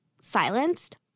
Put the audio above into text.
silenced